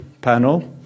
panel